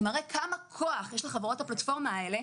זה מראה כמה כוח יש לחברות הפלטפורמה האלה.